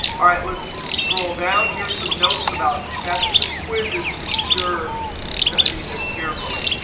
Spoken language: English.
all right. let's scroll down. here's some notes about tests and quizzes. be sure to study this carefully.